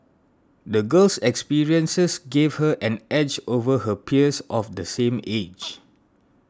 the girl's experiences gave her an edge over her peers of the same age